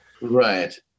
Right